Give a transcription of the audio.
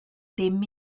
dim